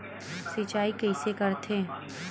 सिंचाई कइसे करथे?